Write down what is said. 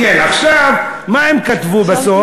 עכשיו, מה הם כתבו בסוף?